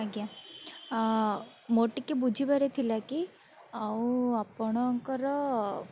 ଆଜ୍ଞା ମୋର ଟିକେ ବୁଝିବାର ଥିଲା କି ଆଉ ଆପଣଙ୍କର